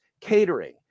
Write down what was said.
catering